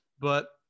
but-